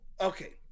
okay